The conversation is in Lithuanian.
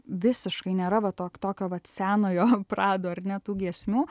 visiškai nėra va to tokio vat senojo prado ar ne tų giesmių